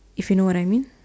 if you know what I mean